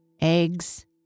Eggs